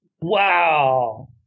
Wow